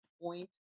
point